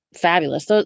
Fabulous